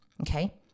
Okay